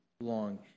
long